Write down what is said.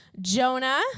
Jonah